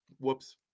Whoops